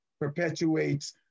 perpetuates